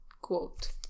quote